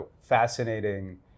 fascinating